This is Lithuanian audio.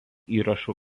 įrašų